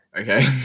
okay